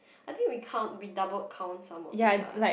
I think we count we double count some of it lah